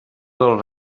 dels